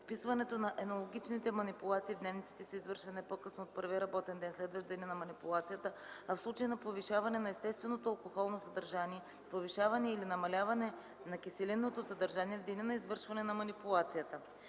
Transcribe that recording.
Вписването на енологичните манипулации в дневниците се извършва не по-късно от първия работен ден, следващ деня на манипулацията, а в случай на повишаване на естественото алкохолно съдържание, повишаване или намаляване на киселинното съдържание – в деня на извършване на манипулацията.”